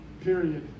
Period